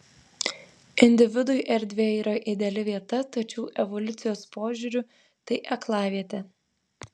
individui erdvė yra ideali vieta tačiau evoliucijos požiūriu tai aklavietė